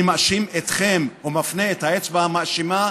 אני מאשים אתכם ומפנה את האצבע המאשימה